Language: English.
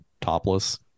topless